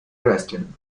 wrestling